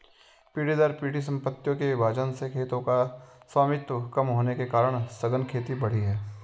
पीढ़ी दर पीढ़ी सम्पत्तियों के विभाजन से खेतों का स्वामित्व कम होने के कारण सघन खेती बढ़ी है